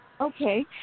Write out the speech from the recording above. Okay